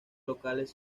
locales